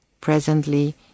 presently